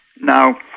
Now